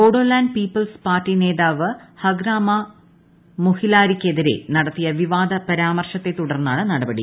Bodoland people's party നേതാവ് ഹഗ്രാമ മൊഹിലാരിക്കെതിരെ നടത്തിയ വിവാദ പരാമർശത്തെ തുടർന്നാണ് നടപടി